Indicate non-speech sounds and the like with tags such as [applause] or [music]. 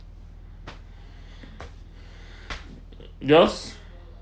[breath] yours